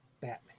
Batman